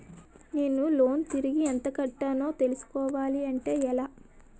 నేను లోన్ తిరిగి ఎంత కట్టానో తెలుసుకోవాలి అంటే ఎలా?